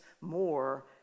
more